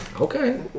Okay